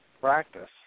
practice